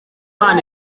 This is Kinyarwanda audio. imana